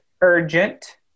urgent